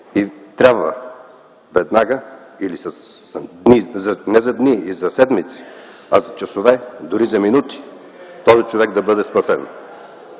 и трябва веднага - не за дни и за седмици, а за часове, дори за минути, този човек да бъде спасен.